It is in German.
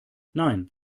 nein